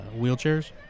wheelchairs